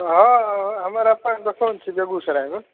हँ हमर अपन दोकान छै बेगूसरायमे